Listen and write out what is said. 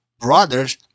brothers